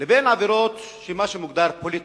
לבין עבירות שמוגדרות כפוליטיות.